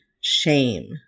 shame